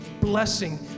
blessing